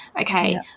Okay